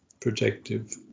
protective